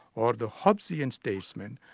or the hobbesian statesman,